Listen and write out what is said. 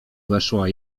weszła